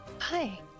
Hi